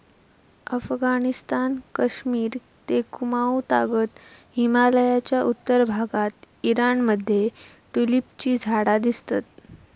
अफगणिस्तान, कश्मिर ते कुँमाउ तागत हिमलयाच्या उत्तर भागात ईराण मध्ये ट्युलिपची झाडा दिसतत